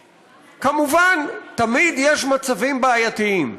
כמובן, תמיד יש מצבים בעייתיים.